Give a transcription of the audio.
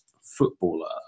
footballer